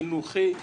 חינוכי,